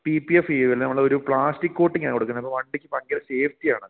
പിപിഫ് ചെയ്താല് നമ്മളൊരു പ്ലാസ്റ്റിക് കോട്ടിങ്ങാ കൊടുക്കുന്നെ അപ്പൊ വണ്ടിക്ക് ഭയങ്കര സേഫ്റ്റിയാണ്